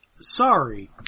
Sorry